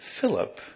Philip